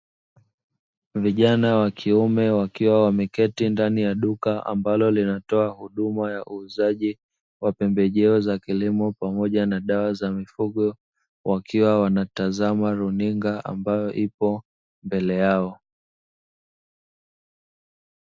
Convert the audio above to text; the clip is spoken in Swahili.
Vijana wa kiume wakiwa wameketi ndani ya duka ambalo linatoa huduma ya uuzaji wa pembejeo za kilimo pamoja na dawa za mifugo, wakiwa wanatazama runinga ambayo ipo mbele yao.